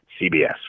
CBS